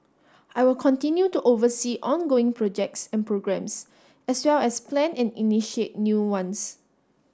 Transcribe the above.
I will continue to oversee ongoing projects and programs as well as plan and initiate new ones